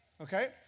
okay